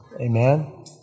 Amen